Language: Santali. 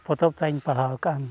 ᱯᱚᱛᱚᱵ ᱛᱟᱭᱤᱧ ᱯᱟᱲᱦᱟᱣ ᱠᱟᱜᱼᱟ